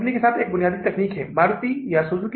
तो आपकी समापन नकद शेष राशि 25470 होगी